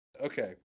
Okay